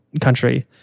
country